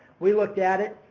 we looked at it,